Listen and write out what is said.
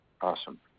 Awesome